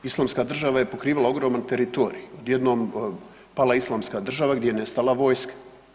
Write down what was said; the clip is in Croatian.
Islamska država je pokrivala ogroman teritorij, odjednom pala Islamska država, gdje je nestala vojska?